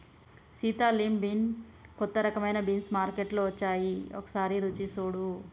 Sita lima bean కొత్త రకమైన beans మార్కేట్లో వచ్చాయి ఒకసారి రుచి సుడు